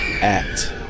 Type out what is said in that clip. act